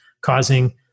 causing